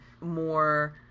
more